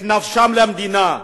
את נפשם למדינה,